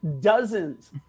dozens